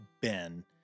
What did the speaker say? Ben